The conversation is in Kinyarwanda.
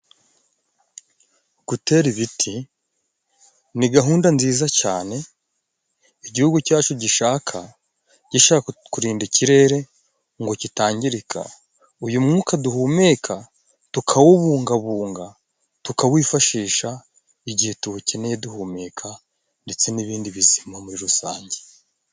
Gutera ibiti ni gahunda nziza cyane, igihugu cyacu gishaka gishaka kurinda ikirere ngo kitangirika. Uyu mwuka duhumeka tukawubungabunga, tukawifashisha igihe tuwukeneye duhumeka, ndetse n'ibindi bizima muri rusange.